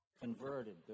converted